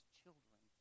children